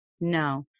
No